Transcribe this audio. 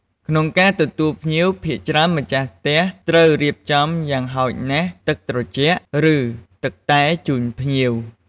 ក្នុងការទទួលភ្ញៀវ ភាគច្រើនម្ចាស់ផ្ទះត្រូវរៀបចំយ៉ាងហោចណាស់ ទឺកត្រជាក់ ឬ ទឹកតែជូនភ្ញៀវ។